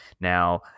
Now